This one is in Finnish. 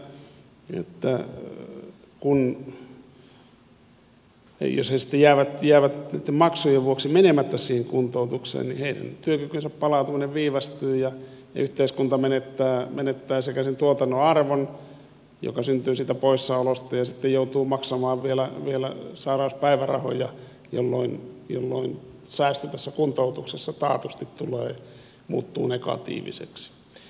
nythän siinä käy niin että jos he sitten jäävät niitten maksujen vuoksi menemättä siihen kuntoutukseen niin heidän työkykynsä palautuminen viivästyy ja yhteiskunta menettää sekä sen tuotannon arvon joka syntyy siitä poissaolosta ja sitten joutuu maksamaan vielä sairauspäivärahoja jolloin säästö tässä kuntoutuksessa taatusti muuttuu negatiiviseksi